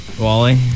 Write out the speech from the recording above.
Wally